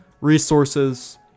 resources